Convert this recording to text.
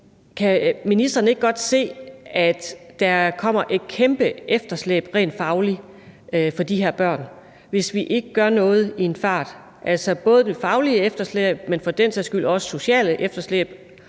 kan ministeren ikke godt se, at der kommer et kæmpe efterslæb for de her børn, hvis vi ikke gør noget i en fart, altså både et fagligt efterslæb, men for den sags skyld også et socialt efterslæb?